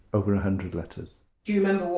over a hundred letters do you know